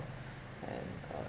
and uh